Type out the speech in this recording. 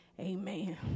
Amen